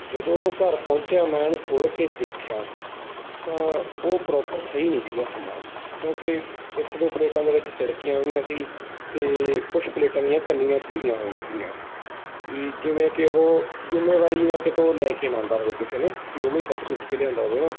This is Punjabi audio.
ਜਦੋਂ ਉਹ ਘਰ ਪਹੁੰਚਿਆ ਮੈਂ ਉਹਨੂੰ ਖੋਲ੍ਹ ਕੇ ਦੇਖਿਆ ਤਾਂ ਉਹ ਪ੍ਰੋਪਰ ਸਹੀ ਨਹੀਂ ਸੀਗਾ ਸਾਮਾਨ ਕਿਉਂਕਿ ਇੱਕ ਦੋ ਪਲੇਟਾਂ ਦੇ ਵਿੱਚ ਤਿੜਕੀਆਂ ਹੋਈਆਂ ਸੀ ਅਤੇ ਕੁਛ ਪਲੇਟਾਂ ਦੀਆਂ ਕੰਨੀਆਂ ਭੁਰੀਆਂ ਹੋਈਆਂ ਸੀਗੀਆਂ ਵੀ ਜਿਵੇਂ ਕਿ ਉਹ ਜ਼ਿੰਮੇਵਾਰੀ ਨਾ ਕਿਤੋਂ ਲੈ ਕੇ ਨਾ ਆਉਂਦਾ ਹੋਵੇ ਕਿਸੇ ਨੇ ਵੀ ਉਵੇਂ ਸਿੱਟ ਸੁੱਟ ਕੇ ਲਿਆਉਂਦਾ ਹੋਵੇ ਨਾ